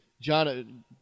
John